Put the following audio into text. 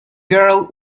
girl